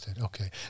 Okay